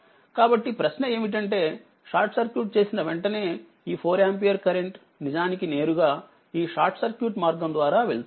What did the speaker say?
కాబట్టిప్రశ్న ఏమిటంటే short circuit చేసిన వెంటనే ఈ4ఆంపియర్ కరెంట్ నిజానికి నేరుగా ఈ షార్ట్ సర్క్యూట్ మార్గం ద్వారా వెళుతుంది